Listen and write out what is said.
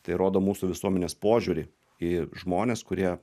tai rodo mūsų visuomenės požiūrį į žmones kurie